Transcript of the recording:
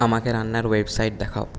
আমাকে রান্নার ওয়েবসাইট দেখাও